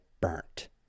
burnt